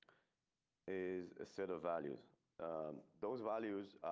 is a set of values those values